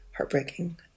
heartbreaking